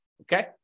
Okay